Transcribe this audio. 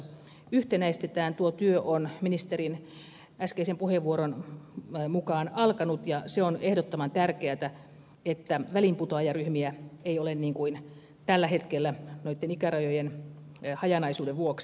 tuo työ on ministerin äskeisen puheenvuoron mukaan alkanut ja se on ehdottoman tärkeätä että väliinputoajaryhmiä ei ole niin kuin tällä hetkellä noitten ikärajojen hajanaisuuden vuoksi